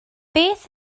beth